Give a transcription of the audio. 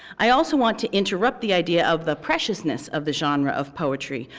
i also want to interrupt the idea of the preciousness of the genre of poetry.